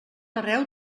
arreu